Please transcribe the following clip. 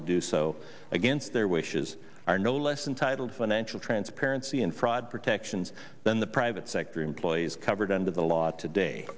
to do so against their wishes are no less entitled financial transparency and fraud protections than the private sector employees covered under the law today